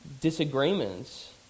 disagreements